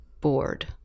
bored